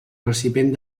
recipient